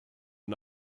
and